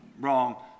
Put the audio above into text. wrong